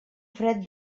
fred